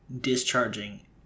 discharging